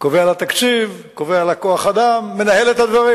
קובע לה תקציב, קובע לה כוח-אדם, מנהל את הדברים.